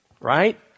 Right